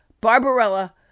Barbarella